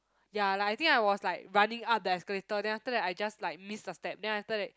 ya like I think I was like running up the escalator then after that I just like miss a step then after that